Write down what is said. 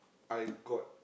I got